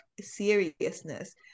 seriousness